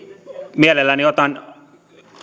mielelläni otan